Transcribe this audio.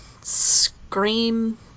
scream